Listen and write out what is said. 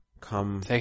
come